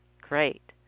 Great